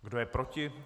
Kdo je proti?